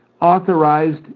authorized